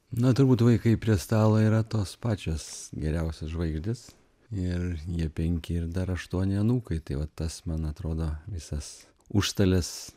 na turbūt vaikai prie stalo yra tos pačios geriausios žvaigždės ir jie penki ir dar aštuoni anūkai tai va tas man atrodo visas užstalės